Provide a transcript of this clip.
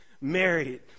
married